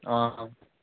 आं हा